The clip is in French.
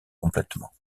complètement